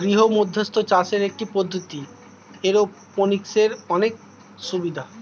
গৃহমধ্যস্থ চাষের একটি পদ্ধতি, এরওপনিক্সের অনেক সুবিধা